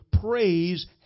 praise